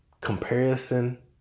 Comparison